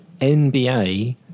NBA